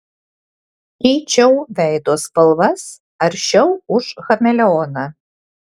keičiau veido spalvas aršiau už chameleoną